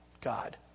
God